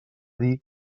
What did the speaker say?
dir